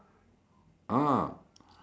ah